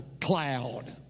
cloud